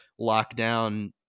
lockdown